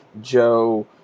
Joe